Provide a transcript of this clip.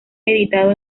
editado